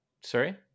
sorry